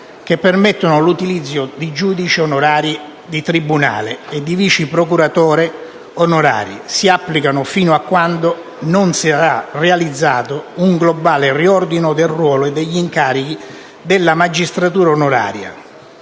che permettono l'utilizzo di giudici onorari di tribunale e di vice procuratori onorari. Esse si applicano fino a quando non sarà realizzato un globale riordino del ruolo e degli incarichi nella magistratura onoraria